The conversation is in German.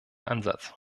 ansatz